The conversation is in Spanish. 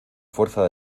fuerza